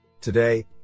Today